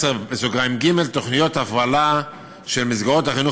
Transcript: נח/10(ג): תוכניות הפעלה של מסגרות החינוך